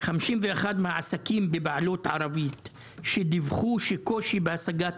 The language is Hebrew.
51 אחוז מהעסקים בבעלות ערבית דיווחו שקושי בהשגת